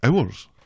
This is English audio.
hours